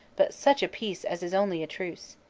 but such a peace as is only a truce.